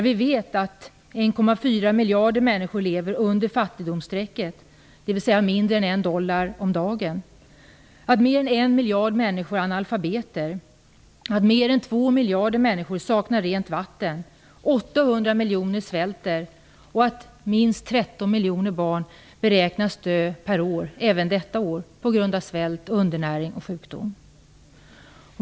Vi vet att 1,4 miljarder människor lever under fattigdomsstrecket, dvs. de har mindre än en dollar om dagen. Mer än 1 miljard människor är analfabeter. Mer än 2 miljarder människor saknar rent vatten. 800 miljoner människor svälter och minst 13 miljoner barn per år, även detta år, beräknas dö på grund av svält, undernäring och sjukdom.